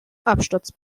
absturz